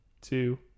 two